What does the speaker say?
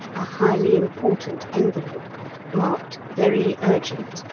a highly important envelope marked very urgent,